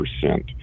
percent